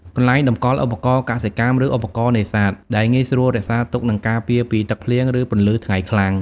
កន្លែងតម្កល់ឧបករណ៍កសិកម្ម ឬឧបករណ៍នេសាទ ដែលងាយស្រួលរក្សាទុក និងការពារពីទឹកភ្លៀង ឬពន្លឺថ្ងៃខ្លាំង ។